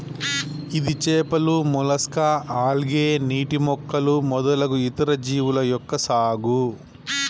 ఇది చేపలు, mollusca, algae, నీటి మొక్కలు మొదలగు ఇతర జీవుల యొక్క సాగు